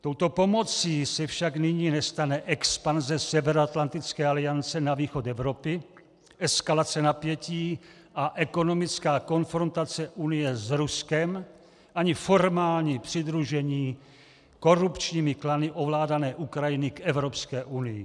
Touto pomocí se však nyní nestane expanze Severoatlantické aliance na východ Evropy, eskalace napětí a ekonomická konfrontace Unie s Ruskem ani formální přidružení korupčními klany ovládané Ukrajiny k Evropské unii.